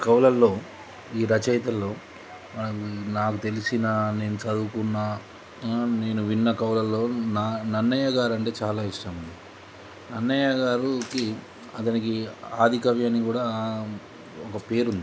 కవులల్లో ఈ రచయితల్లో నాకు తెలిసినా నేను చదువుకున్న నేను విన్న కవులల్లో నన్నయ్య గారు అంటే చాలా ఇష్టం నన్నయ్య గారుకి అతనికి ఆదికవి అని కూడా ఒక పేరు ఉంది